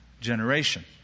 generation